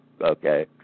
Okay